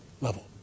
level